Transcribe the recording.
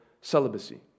celibacy